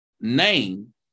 name